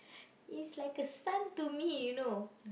he's like a son to me you know